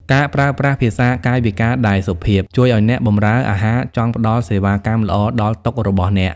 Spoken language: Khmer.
ការប្រើប្រាស់ភាសាកាយវិការដែលសុភាព ជួយឱ្យអ្នកបម្រើអាហារចង់ផ្ដល់សេវាកម្មល្អដល់តុរបស់អ្នក។